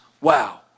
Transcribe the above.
Wow